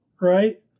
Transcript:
right